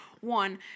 One